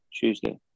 Tuesday